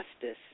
justice